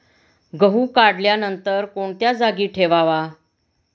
गहू काढल्यानंतर कोणत्या जागी ठेवावा?